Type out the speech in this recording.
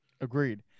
Agreed